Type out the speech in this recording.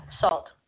salt